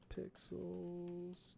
Pixels